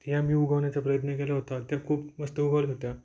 ह्या मी उगवण्याचा प्रयत्न केला होता त्या खूप मस्त उगवल्या होत्या